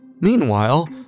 Meanwhile